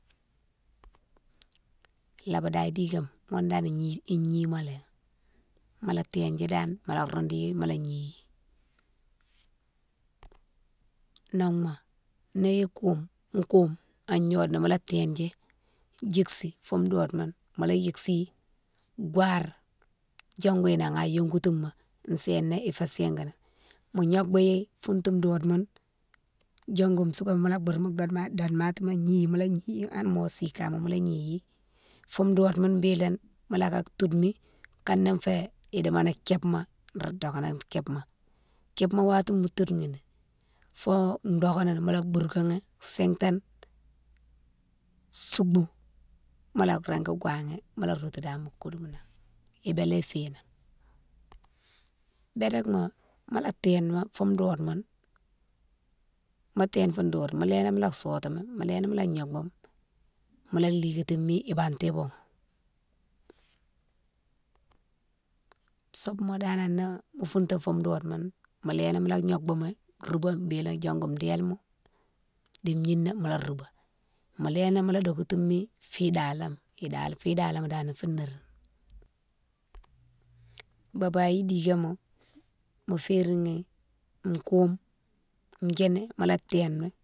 Nébadaye dikema ghounne dane igni, ignima lé, mola tindi dane mola roudoughi mola gnighi. Nong ma, ni koume, koume an gnode na mola tindji djiksi fou dode mounne, mola yiksihi gouware, diongou nan an yongoutouma séna fé singanan, mo gnobiyi fountou dode mounne diongou soucare ma mola boure domatima gni mola gnighi hanne mo sih kama mola gnighi fou dode mounne bélé mola ka toude mi kané fé idimo ni kibe ma, nro dokéni kibe ma, kibe ma watima mo toude ghi ni fo dokéni mola bourkéghi sintane soubou mola régui gouwaghi, mola routou dane mo kodouma, ibélé fighénan. Bédékma mola téne mi fo dode mounne, mo téne fou dode moune, mo léni mola sotoumi, mo léni mola gnobimi, mola ligatimi ibanti boughe. Sobema dane nan ni mo fountou fou dode mounne mo léni mola gnobemi, roubé bélé diongou déle ma di gninan mola roubé, mo léni mola dokétimi fi daléma, dale, fi dalema dane fou nérine. Babou dikema mo férine ni, koume djini mola témi.